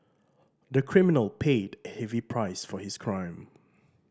the criminal paid a heavy price for his crime